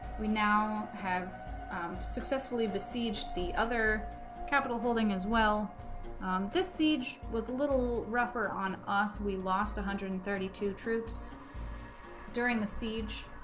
we now have successfully besieged the other capital building as well this siege was a little rougher on us we lost one hundred and thirty two troops during the siege